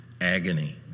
agony